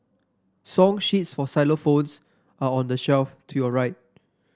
song sheets for xylophones are on the shelf to your right